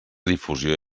difusió